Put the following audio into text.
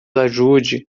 ajude